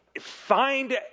Find